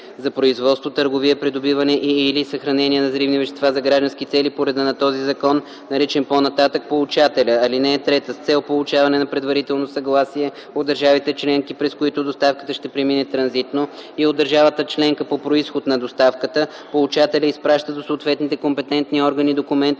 за производство, търговия, придобиване и/или съхранение на взривни вещества за граждански цели по реда на този закон, наричано по-нататък „получателя”. (3) С цел получаване на предварително съгласие от държавите членки, през които доставката ще премине транзитно, и от държавата членка по произход на доставката получателят изпраща до съответните компетентни органи документа